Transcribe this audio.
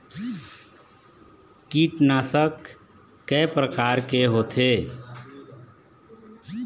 कीटनाशक कय प्रकार के होथे?